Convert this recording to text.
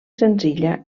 senzilla